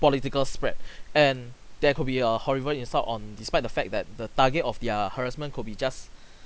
political spread and there could be a horrible insult on despite the fact that the target of their harassment could be just